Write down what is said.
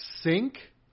sink